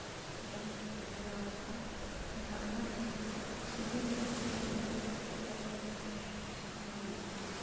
ᱵᱟᱦᱟᱧ ᱵᱮᱱᱟᱣ ᱠᱟᱜᱼᱟ ᱮᱱᱠᱷᱟᱱ ᱚᱱᱟ ᱤᱧ ᱥᱩᱫᱷᱟᱹᱨ ᱞᱟᱹᱜᱤᱫ ᱛᱮ ᱤᱧ ᱚᱸᱰᱮ ᱤᱭᱟᱛᱚ ᱟᱢ